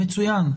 מצוין.